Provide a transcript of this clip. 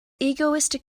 egoistic